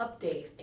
update